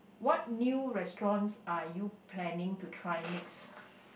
what new restaurants are you planning to try next